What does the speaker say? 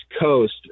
coast